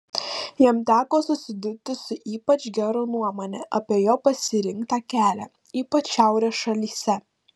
jam teko susidurti su ypač gera nuomone apie jo pasirinktą kelią ypač šiaurės šalyse